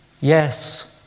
yes